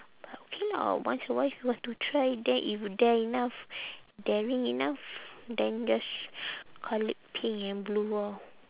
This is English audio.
but okay lah once in a while if you want to try then if you dare enough daring enough then just colour it pink and blue orh